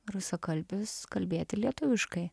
rusakalbius kalbėti lietuviškai